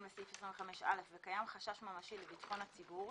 לסעיף 25א וקיים חשש ממשי לביטחון הציבור,